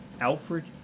Alfred